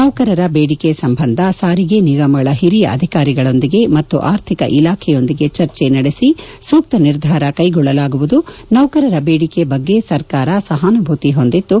ನೌಕರರ ಬೇಡಿಕೆ ಸಂಬಂಧ ಸಾರಿಗೆ ನಿಗಮಗಳ ಹಿರಿಯ ಅಧಿಕಾರಿಗಳೊಂದಿಗೆ ಮತ್ತು ಆರ್ಥಿಕ ಇಲಾಖೆಯೊಂದಿಗೆ ಚರ್ಚೆ ನಡೆಸಿ ಸೂಕ್ತ ನಿರ್ಧಾರ ಕೈಗೊಳ್ಳಲಾಗುವುದು ನೌಕರರ ಬೇಡಿಕೆ ಬಗ್ಗೆ ಸರ್ಕಾರ ಸಹಾನೂಭೂತಿ ಹೊಂದಿದ್ದು